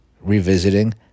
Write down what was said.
revisiting